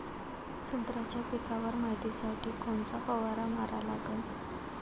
संत्र्याच्या पिकावर मायतीसाठी कोनचा फवारा मारा लागन?